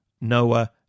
Noah